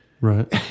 Right